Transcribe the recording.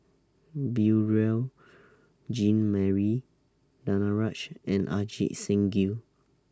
Beurel Jean Marie Danaraj and Ajit Singh Gill